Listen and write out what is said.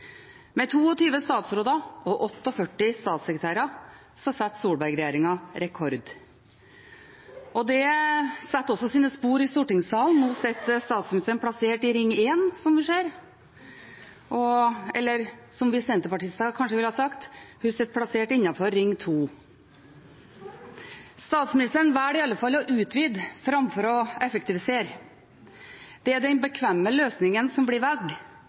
Med 22 statsråder og 48 statssekretærer setter Solberg-regjeringen rekord. Det setter også sine spor i stortingssalen. Nå er statsministeren plassert i «Ring 1», som vi ser – eller som vi senterpartister kanskje ville sagt: Hun er plassert innenfor «Ring 2». Statsministeren velger i alle fall å utvide framfor å effektivisere. Det er den bekvemme løsningen som blir